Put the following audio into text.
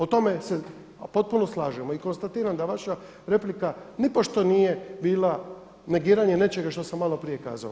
O tome se, potpuno slažemo i konstatiram da vaša replika nipošto nije bila negiranje nečega što sam malo prije kazao.